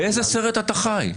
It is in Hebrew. באיזה סרט אתה חי?